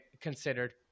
considered